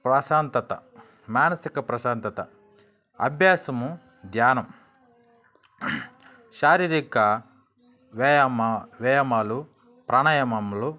ప్రశాంతత మానసిక ప్రశాంతత అభ్యాసము ధ్యానం శారీరక వ్యాయామాలు ప్రాణాయామాలు